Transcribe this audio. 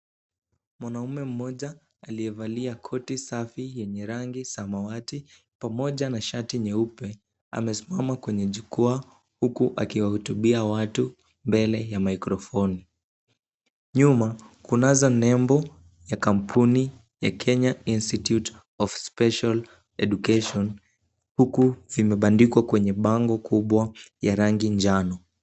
Mwanaume mmoja aliyevalia koti safi yenye rangi samawati pamoja na shati nyeupe amesimama kwenye jukwaa huku akiwahutubia watu mbele ya microfoni .Nyuma kunazo nembo za kampuni ya Kenya Institute of Special Education. Huku zimebandikwa kwa bango kubwa ya rangi njano.